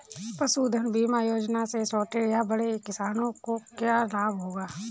पशुधन बीमा योजना से छोटे या बड़े किसानों को क्या लाभ होगा?